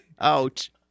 Ouch